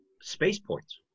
spaceports